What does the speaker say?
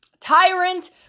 tyrant